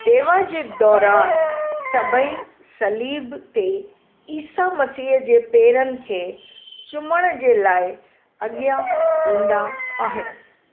सेवा जे दौरानु सभई सलीब ते ईसा मसीह जे पेरनि खे चुमण जे लाइ अॻियां ईंदा आहिनि